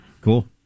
cool